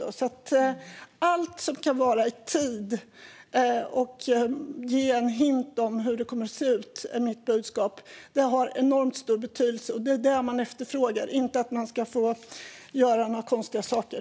Mitt budskap är: Alla besked som kommer i tid och som ger en hint om hur det kommer att se ut har enormt stor betydelse. Det är det man efterfrågar, inte att man ska få göra några konstiga saker.